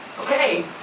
Okay